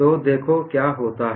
तो देखो क्या होता है